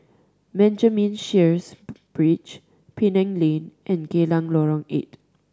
Benjamin Sheares Bridge Penang Lane and Geylang Lorong Eight